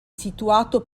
situato